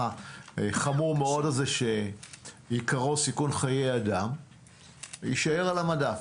החמור מאוד שעיקרו סיכון חיי אדם יישאר על המדף.